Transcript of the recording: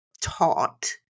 taught